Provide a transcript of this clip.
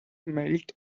melt